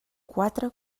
quatre